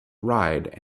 ride